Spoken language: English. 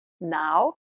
now